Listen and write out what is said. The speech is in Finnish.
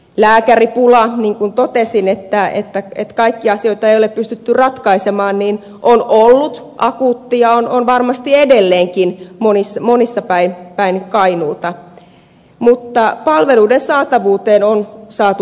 lääkäripula niin kuin totesin kaikkia asioita ei ole pystytty ratkaisemaan on ollut akuutti ja on varmasti edelleenkin monella päin kainuuta mutta palveluiden saatavuuteen on saatu varmuutta